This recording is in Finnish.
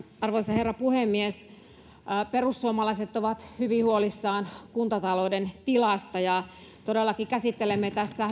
arvoisa herra puhemies perussuomalaiset ovat hyvin huolissaan kuntatalouden tilasta todellakin käsittelemme tässä